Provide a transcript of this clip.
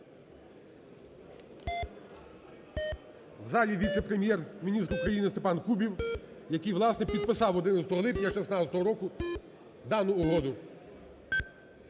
У залі віце-прем'єр-міністр України Степан Кубів, який, власне, підписав 11 липня 2016 року дану угоду.